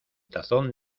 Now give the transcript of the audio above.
tazón